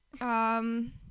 Um-